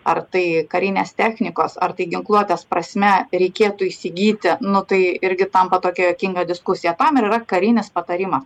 ar tai karinės technikos ar tai ginkluotės prasme reikėtų įsigyti nu tai irgi tampa tokia juokinga diskusija tam ir yra karinis patarimas